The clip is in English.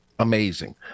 Amazing